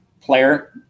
player